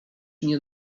nie